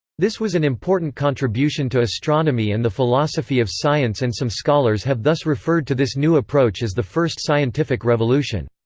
this was an important contribution to astronomy and the philosophy of science and some scholars have thus referred to this new approach as the first scientific revolution.